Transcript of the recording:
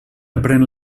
aprén